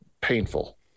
painful